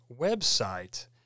website